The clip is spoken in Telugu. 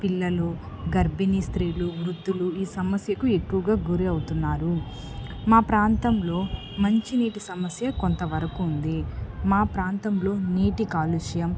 పిల్లలు గర్భిణీ స్త్రీలు వృద్దులు ఈ సమస్యకు ఎక్కువుగా గురి అవుతున్నారు మా ప్రాంతంలో మంచి నీటి సమస్య కొంతవరకుంది మా ప్రాంతంలో నీటి కాలుష్యం